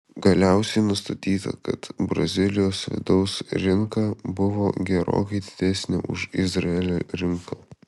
galiausiai nustatyta kad brazilijos vidaus rinka buvo gerokai didesnė už izraelio rinką